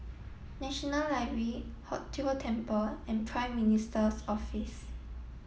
National Library Hong Tho Temple and Prime Minister's Office